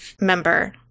member